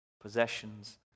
possessions